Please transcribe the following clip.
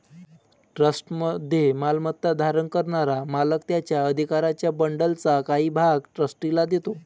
ट्रस्टमध्ये मालमत्ता धारण करणारा मालक त्याच्या अधिकारांच्या बंडलचा काही भाग ट्रस्टीला देतो